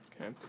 Okay